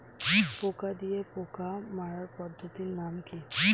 পোকা দিয়ে পোকা মারার পদ্ধতির নাম কি?